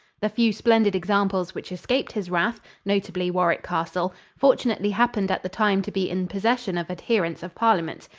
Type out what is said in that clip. the few splendid examples which escaped his wrath notably warwick castle fortunately happened at the time to be in possession of adherents of parliament.